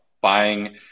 buying